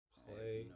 play